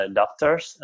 doctors